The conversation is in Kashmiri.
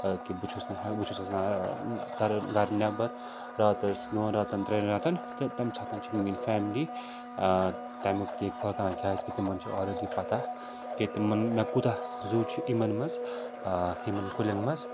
آ کہِ بہٕ چھُس نہٕ بہٕ چھُس آسان گَرٕ گَرٕ نٮ۪بَر راتَس دۄن راتَن ترٛٮ۪ن راتَن تہٕ تَمہِ ساتَن چھِ میٛٲنۍ فیملی تَمیُک دیکھ بال کَران کیٛازِکہِ تِمن چھُ آلریٚڈی پَتہٕ کہِ تِمن مےٚ کوٗتاہ زوٗ چھُ یِمَن منٛز یِمَن کُلٮ۪ن منٛز